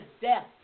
death